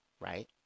right